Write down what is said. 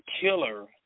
killer